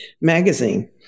magazine